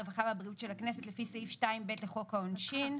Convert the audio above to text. הרווחה והבריאות של הכנסת לפי סעיף 2(ב) לחוק העונשין,